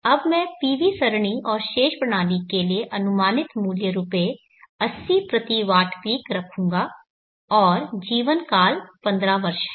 अब मैं PV सरणी और शेष प्रणाली के लिए अनुमानित मूल्य रुपए 80 प्रति वॉट पीक रखूंगा और जीवन काल 15 वर्ष है